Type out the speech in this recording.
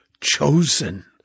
chosen